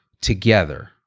together